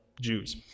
Jews